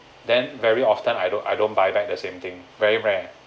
then very often I don't I don't buy back the same thing very rare